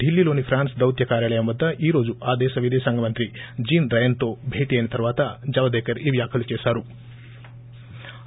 దిల్లీలోని France దౌత్యకార్యాలయం వద్ద ఈరోజు ఆ దేశ విదేశాంగ మంత్రి జీన్ డ్రయన్తో భేటీ అయిన తర్వాత జావడేకర్ ఈ వ్యాఖ్యలు చేశారు